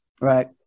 right